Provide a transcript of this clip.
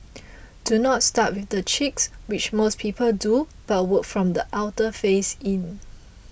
do not start with the cheeks which most people do but work from the outer face in